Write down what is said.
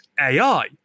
AI